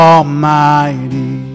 Almighty